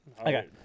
Okay